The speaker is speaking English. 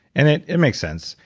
and it it makes sense.